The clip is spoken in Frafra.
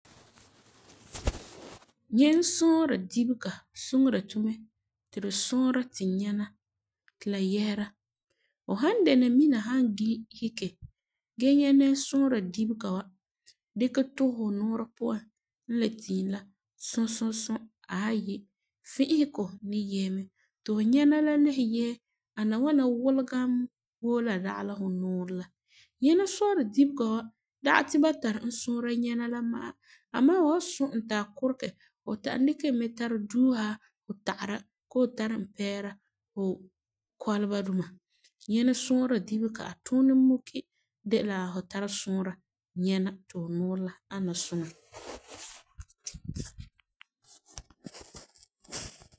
Nyɛnsɔɔsega dibega suŋeri tu ti tu sɔɔra tu nyɛna ti la yesera. Fu san dɛna mina san gise siege gee nyɛ nyɛnsuura dibega wa dikɛ tum fu nuurɛ puan la tiim la suɔ suɔ suɔ ayi, fi'isegɔ ni yese mɛ ti tu nyɛna la le yese ana ŋwana wulegam woo la digɛ la fum nuurɛ la. Nyɛna sɔɔra wa dage ti ba n tari ba sɔɔra nyɛna la ma'a, amaa fu wan suɔ e ti a kuregɛ fu ta'am dikɛ e mɛ tara duusa fu tagera la fu tara pɛɛra fu kɔleba duma. Nyɛna sɔɔra dibega a tuunɛ mɔpi de la fu tara sɔɔra nyɛna ti fu nuurɛ ana suŋa.